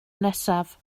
nesaf